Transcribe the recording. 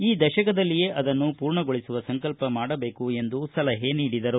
ಈ ದಶಕದಲ್ಲಿಯೇ ಅದನ್ನು ಪೂರ್ಣಗೊಳಿಸುವ ಸಂಕಲ್ಪ ಮಾಡಬೇಕು ಎಂದು ಸಲಹೆ ನೀಡಿದರು